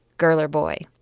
girl or boy?